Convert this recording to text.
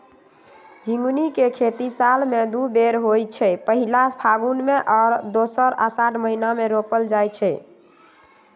झिगुनी के खेती साल में दू बेर होइ छइ पहिल फगुन में आऽ दोसर असाढ़ महिना मे रोपल जाइ छइ